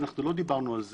לא דיברנו על זה.